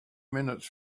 minutes